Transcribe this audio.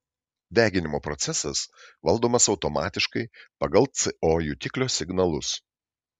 deginimo procesas valdomas automatiškai pagal co jutiklio signalus